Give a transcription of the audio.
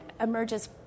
emerges